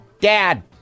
Dad